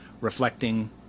reflecting